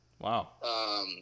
Wow